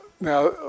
now